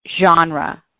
genre